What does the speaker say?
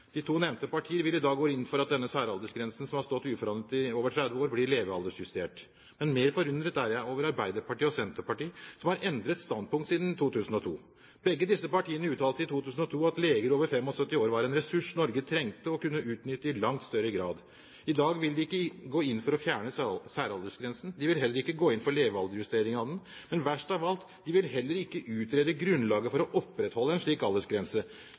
De to nevnte partiene vil i dag gå inn for at denne særaldersgrensen, som har stått uforandret i over 30 år, blir levealdersjustert. Mer forundret er jeg over Arbeiderpartiet og Senterpartiet, som har endret standpunkt siden 2002. Begge disse partiene uttalte i 2002 at leger over 75 år var en ressurs Norge trengte og kunne utnytte i langt større grad. I dag vil de ikke gå inn for å fjerne særaldersgrensen. De vil heller ikke gå inn for en levealdersjustering av den. Men verst av alt – de vil heller ikke utrede grunnlaget for å opprettholde en slik aldersgrense.